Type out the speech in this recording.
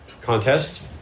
contest